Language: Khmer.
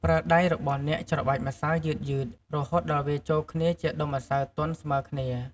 ប្រើដៃរបស់អ្នកច្របាច់ម្សៅយឺតៗ រហូតដល់វាចូលគ្នាជាដុំម្សៅទន់ស្មើគ្នា។